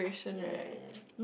ya ya ya